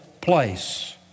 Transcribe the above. place